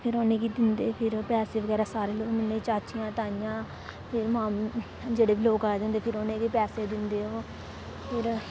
फिर उनेंगी दिंदे पेसे बगैरा सारे लोक चाचियां ताइयां फिर मामियां जेहडे़ बी लोक आए दे होंदे न फिर उनेंगी पेसे दिंदे फिर